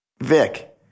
Vic